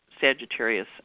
Sagittarius